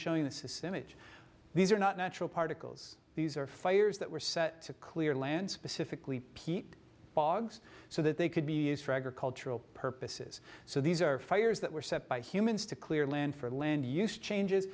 showing this image these are not natural particles these are fires that were set to clear land specifically peat bogs so that they could be used for agricultural purposes so these are fires that were set by humans to clear land for land use changes